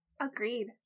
Agreed